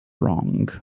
wrong